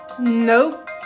Nope